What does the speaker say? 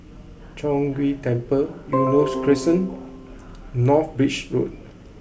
Chong Ghee Temple Eunos Crescent North Bridge Road